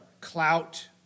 clout